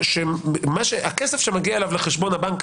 הכסף שמגיע לחשבון הבנק